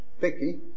picky